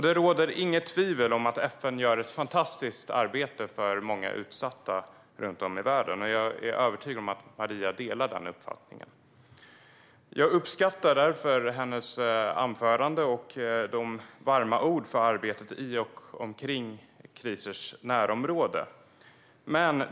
Det råder inget tvivel om att FN gör ett fantastiskt arbete för många utsatta runt om i världen, och jag är övertygad om att Maria delar den uppfattningen. Jag uppskattar därför hennes anförande och de varma orden om arbetet i och omkring kriser och deras närområden.